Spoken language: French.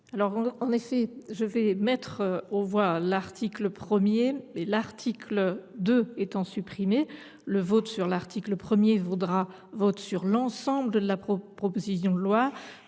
n° 3. Je vais mettre aux voix l’article 1,modifié. L’article 2 étant supprimé, le vote sur l’article 1 vaudra vote sur l’ensemble de la proposition de loi.